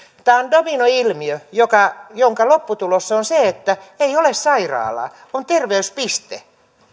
tämä on dominoilmiö jonka lopputulos on se että ei ole sairaalaa on terveyspiste